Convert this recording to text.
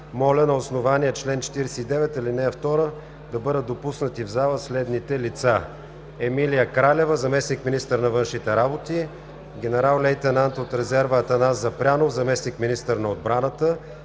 моля на основание чл. 49, ал. 2 да бъдат допуснати в зала следните лица: Емилия Кралева – заместник-министър на външните работи; генерал-лейтенант от резерва Атанас Запрянов – заместник-министър на отбраната;